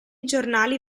giornali